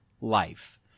life